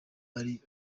ari